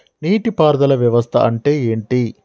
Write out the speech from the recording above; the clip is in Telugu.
నీటి పారుదల వ్యవస్థ అంటే ఏంటి?